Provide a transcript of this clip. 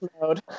mode